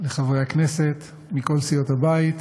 לחברי הכנסת מכל סיעות הבית,